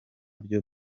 byo